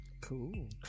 Cool